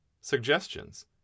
Suggestions